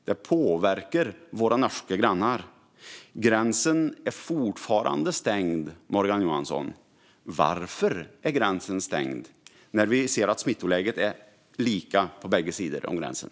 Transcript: Det påverkar våra norska grannar. Gränsen är fortfarande stängd, Morgan Johansson. Varför är gränsen stängd när vi ser att smittläget är lika på bägge sidor om gränsen?